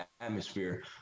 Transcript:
atmosphere